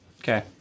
Okay